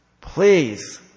please